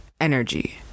energy